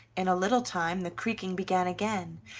in a little time the creaking began again,